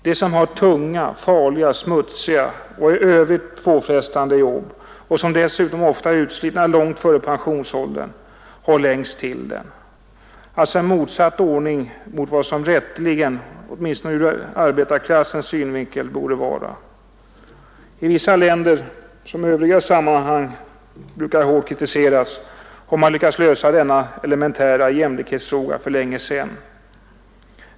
De som har de tunga, farliga, smutsiga och i övrigt påfrestande jobben och som dessutom ofta är utslitna långt före pensionsåldern har längst till den. Alltså en motsatt ordning mot vad som rätteligen, åtminstone ur arbetarklassens synvinkel, borde vara förhållandet. I vissa länder, som i övriga sammanhang brukar hårt kritiseras, har man lyckats lösa denna elementära jämlikhetsfråga för länge sedan.